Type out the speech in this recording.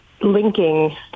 linking